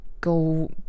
go